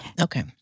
Okay